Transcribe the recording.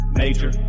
major